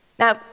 Now